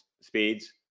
speeds